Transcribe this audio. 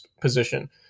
position